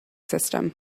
system